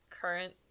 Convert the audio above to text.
current